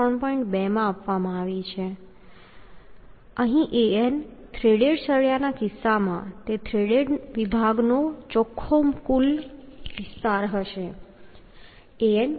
તે આપવામાં આવે છે અહીં An થ્રેડેડ સળિયાના કિસ્સામાં તે થ્રેડેડ વિભાગનો ચોખ્ખો મૂળ વિસ્તાર હશે